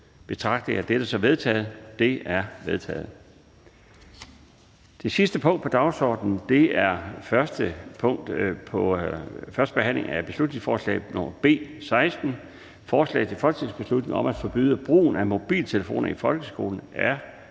Det sidste punkt på dagsordenen er: 9) 1. behandling af beslutningsforslag nr. B 16: Forslag til folketingsbeslutning om at forbyde brugen af mobiltelefoner i folkeskolen.